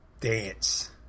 dance